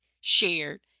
shared